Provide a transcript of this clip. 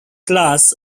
class